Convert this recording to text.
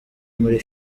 muri